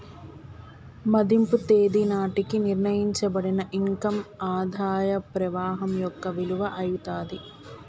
మదింపు తేదీ నాటికి నిర్ణయించబడిన ఇన్ కమ్ ఆదాయ ప్రవాహం యొక్క విలువ అయితాది